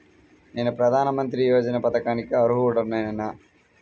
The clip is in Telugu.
నేను ప్రధాని మంత్రి యోజన పథకానికి అర్హుడ నేన?